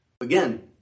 Again